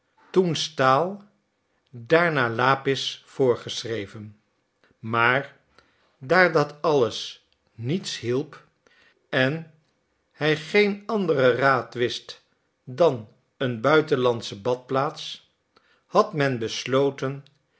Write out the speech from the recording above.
toen staal daarna lapis voorgeschreven maar daar dat alles niets hielp en hij geen anderen raad wist dan een buitenlandsche badplaats had men besloten